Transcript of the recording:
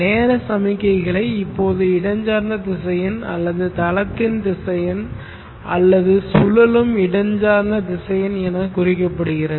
நேர சமிக்ஞைகளை இப்போது இடஞ்சார்ந்த திசையன் அல்லது தளத்தின் திசையன் அல்லது சுழலும் இடஞ்சார்ந்த திசையன் என குறிக்கப்படுகிறது